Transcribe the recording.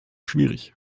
schwierig